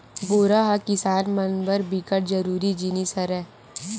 बोरा ह किसान मन बर बिकट जरूरी जिनिस हरय